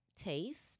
taste